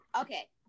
Okay